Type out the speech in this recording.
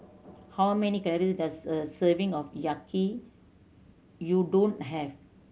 how many calories does a serving of Yaki Udon have